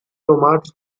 nomads